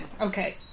okay